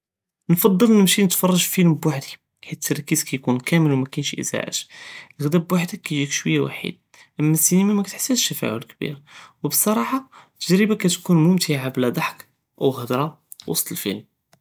נקדמל נמשי נתפרג פילם בוהדי, קיכול כמל ומקאש אז'אג, גדא בוהדכ קיג'יק שוייה ויחיד, אמה א-סינימה מקתחסשה תפעול כביר, ובסרחא אלתג'ריבה تکון מומתעה בלא דחכ וחדרה פיוסט אלפילם.